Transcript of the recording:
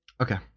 Okay